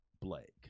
Blake